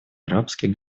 арабских